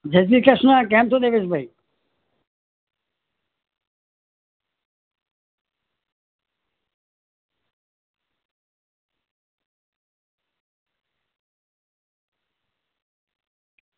જય શ્રી કૃષ્ણ કેમ છો દેવેશભાઈ